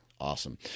Awesome